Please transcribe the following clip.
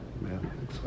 man